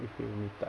if we meet up